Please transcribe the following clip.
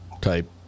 type